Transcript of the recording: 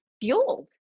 fueled